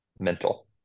mental